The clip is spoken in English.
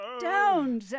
down